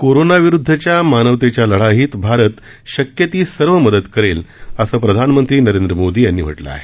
corona विरुद्धच्या मानवतेच्या लढाईत भारत शक्य ती सर्व मदत करेल असं प्रधानमंत्री नरेंद्र मोदी यांनी म्हटलं आहे